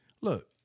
Look